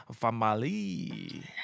Famali